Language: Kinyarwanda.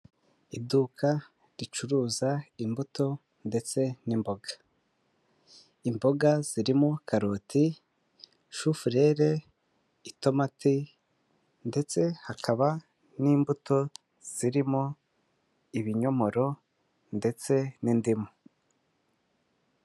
Iduka ricuruza imbuto ndetse n'imboga, imboga zirimo karoti, shufureri, itomati ndetse hakaba n'imbuto zirimo ibinyomoro ndetse n'indimu.